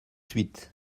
suite